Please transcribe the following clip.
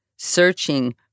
searching